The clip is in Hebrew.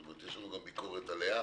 יש לנו ביקורת עליה,